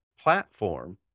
platform